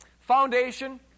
foundation